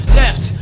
left